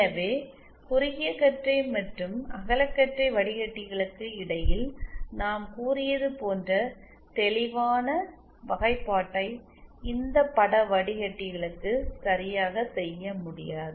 எனவே குறுகிய கற்றை மற்றும் அகலக்கற்றை வடிகட்டிகளுக்கு இடையில் நாம் கூறியது போன்ற தெளிவான வகைப்பாட்டை இந்த பட வடிகட்டிகளுக்கு சரியாக செய்ய முடியாது